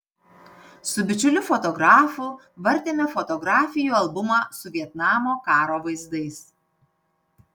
su bičiuliu fotografu vartėme fotografijų albumą su vietnamo karo vaizdais